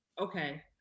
Okay